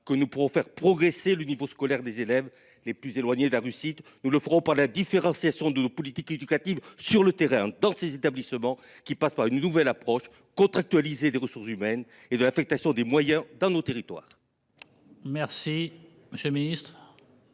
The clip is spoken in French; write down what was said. que nous pourrons faire progresser le niveau scolaire des élèves les plus éloignés de la réussite, nous le ferons par la différenciation de politique éducative sur le terrain dans ces établissements qui passe par une nouvelle approche contractualisé des ressources humaines et de l'affectation des moyens dans nos territoires. Merci, monsieur le Ministre.